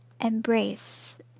embrace